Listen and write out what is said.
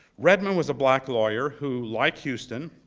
redmond was a black lawyer who, like houston,